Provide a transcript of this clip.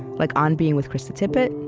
like on being with krista tippett,